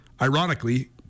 ironically